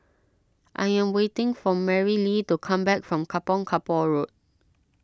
I am waiting for Marilee to come back from Kampong Kapor Road